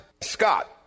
Scott